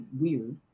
weird